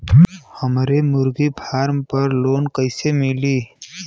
हमरे मुर्गी फार्म पर लोन कइसे मिली?